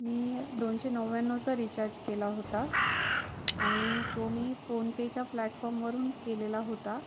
मी दोनशे नव्याण्णवचा रीचार्ज केला होता आणि तो मी फोनपेच्या प्लॅटफॉर्मवरून केलेला होता